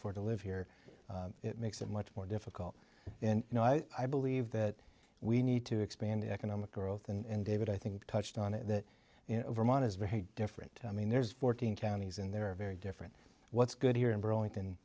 afford to live here it makes it much more difficult in you know i believe that we need to expand economic growth and david i think touched on it that you know vermont is very different i mean there's fourteen counties in there are very different what's good here in burlington